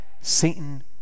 Satan